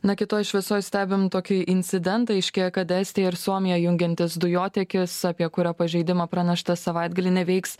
na kitoj šviesoj stebim tokį incidentą aiškėja kad estiją ir suomiją jungiantis dujotiekis apie kurio pažeidimą pranešta savaitgalį neveiks